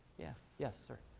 yeah yes, sir.